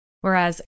Whereas